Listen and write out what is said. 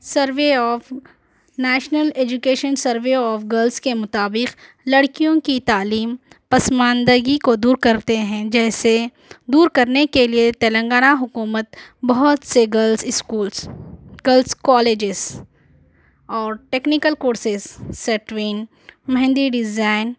survey of national education survey of girls کے مطابق لڑکیوں کی تعلیم پس ماندگی کو دور کرتے ہیں جیسے دور کرنے کے لیے تلنگانہ حکومت بہت سے گرلز اسکولس گرلز کالجز اور ٹیکنیکل کورسز سٹ وینگ مہدی ڈیزائن